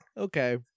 Okay